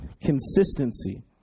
consistency